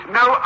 no